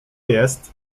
jest